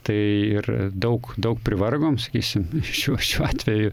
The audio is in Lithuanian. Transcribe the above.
tai ir daug daug privargom sakysim šiuo šiuo atveju